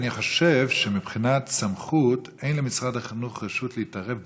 אני חושב שמבחינת סמכות אין למשרד החינוך רשות להתערב במל"ג.